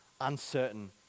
uncertain